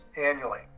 annually